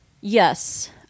yes